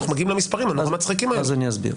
אנחנו מגיעים למספרים המצחיקים האלה.